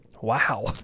Wow